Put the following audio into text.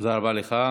תודה רבה לך.